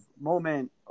moment